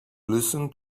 listen